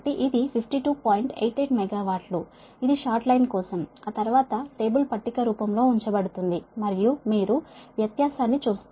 88 మెగావాట్లు ఇది short line కోసం ఆ తర్వాత టేబుల్ పట్టిక రూపం లో ఉంచబడుతుంది మరియు మీరు వ్యత్యాసాన్ని చూస్తారు